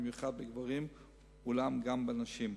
במיוחד בגברים אולם גם בנשים.